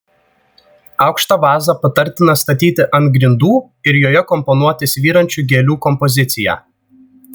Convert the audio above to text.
aukštą vazą patartina statyti ant grindų ir joje komponuoti svyrančių gėlių kompoziciją